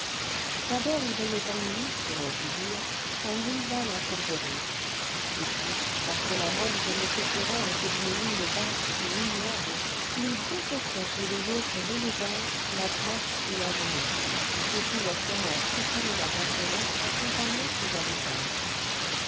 d'abord il voyait en lui pour ainsi dire un rival en fourberies et puis par cela même que m ferrand était d'une mine basse et ignoble il détestait chez les autres l'élégance la grâce et la jeunesse surtout lorsqu'un air suprêmement insolent accompagnait ces avantages